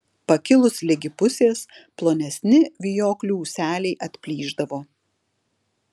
pakilus ligi pusės plonesni vijoklių ūseliai atplyšdavo